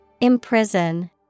Imprison